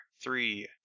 three